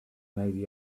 maybe